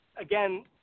again